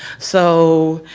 so,